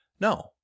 No